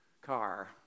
car